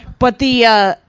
but the ah.